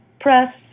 press